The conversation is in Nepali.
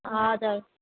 हजुर